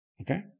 Okay